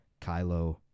Kylo